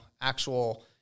actual